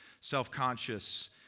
self-conscious